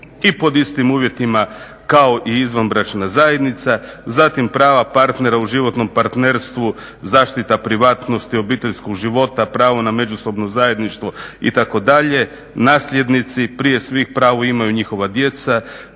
i pod istim uvjetima kao i izvanbračna zajednica, zatim prava partera u životnom partnerstvu, zaštita privatnosti, obiteljskog života, pravo na međusobno zajedništvo itd., nasljednici prije svih pravo imaju njihova djeca,